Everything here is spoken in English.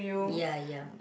yeah yeah